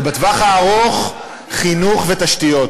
ובטווח הארוך, חינוך ותשתיות.